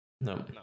No